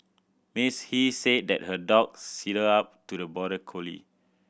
Miss He said that her dog sidled up to the border collie